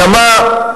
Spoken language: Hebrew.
אלא מה?